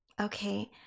Okay